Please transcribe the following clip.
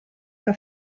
que